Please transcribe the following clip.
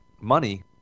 money